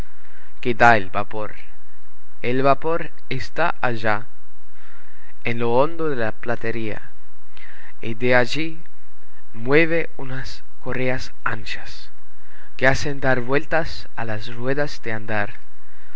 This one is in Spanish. que da el vapor el vapor está allá en lo hondo de la platería y de allí mueve unas correas anchas que hacen dar vueltas a las ruedas de andar